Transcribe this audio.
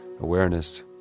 Awareness